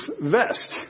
vest